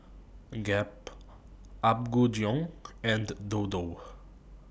Gap Apgujeong and Dodo